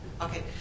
Okay